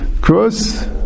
cross